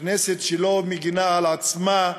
כנסת שלא מגינה על עצמה,